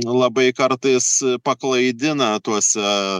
labai kartais paklaidina tuose